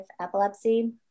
epilepsy